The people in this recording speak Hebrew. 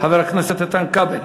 חבר הכנסת איתן כבל?